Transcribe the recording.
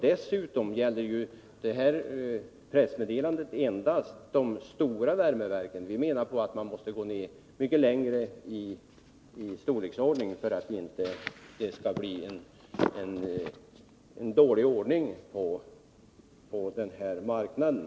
Dessutom gäller pressmeddelandet endast de stora värmeverken. Vi menar att man måste gå ned mycket längre i storleksordning för att det inte skall bli en dålig ordning på den marknaden.